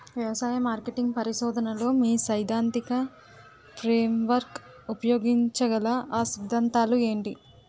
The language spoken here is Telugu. వ్యవసాయ మార్కెటింగ్ పరిశోధనలో మీ సైదాంతిక ఫ్రేమ్వర్క్ ఉపయోగించగల అ సిద్ధాంతాలు ఏంటి?